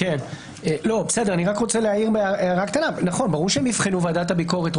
ברור שהם יבחנו ועדת הביקורת,